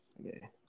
Okay